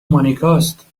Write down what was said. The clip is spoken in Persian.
مانیکاست